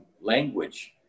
language